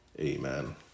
amen